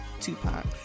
Tupac